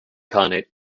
khanate